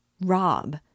Rob